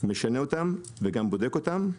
משנה אותם וגם בודק אותם.